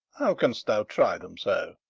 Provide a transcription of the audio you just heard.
how canst thou try them so?